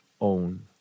own